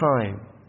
time